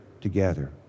together